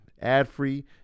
ad-free